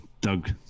doug